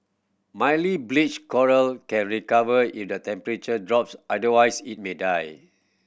mildly bleached coral can recover if the temperature drops otherwise it may die